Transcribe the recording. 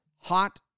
hot